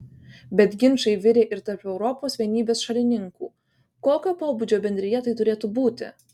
bet ginčai virė ir tarp europos vienybės šalininkų kokio pobūdžio bendrija tai turėtų būti